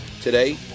today